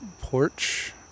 porch